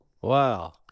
Wow